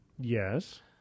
Yes